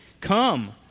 Come